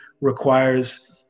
requires